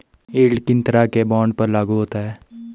Yield किन तरह के बॉन्ड पर लागू होता है?